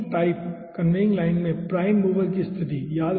vacuum type conveying line में prime mover की स्थिति